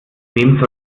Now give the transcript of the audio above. wem